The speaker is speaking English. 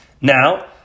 Now